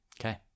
Okay